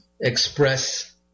express